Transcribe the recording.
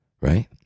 right